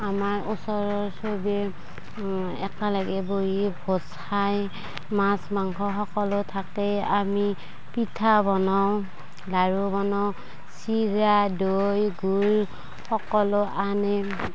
আমাৰ ওচৰৰ চবে একেলগে বহি ভোজ খাই মাছ মাংস সকলো থাকেই আমি পিঠা বনাওঁ লাড়ু বনাওঁ চিৰা দৈ গুৰ সকলো আনে